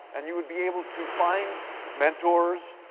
and you would be able to find mentors,